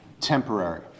temporary